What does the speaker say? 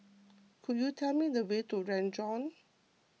could you tell me the way to Renjong